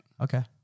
Okay